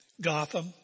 Gotham